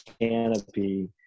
canopy